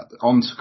on